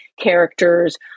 characters